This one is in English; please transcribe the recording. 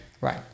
right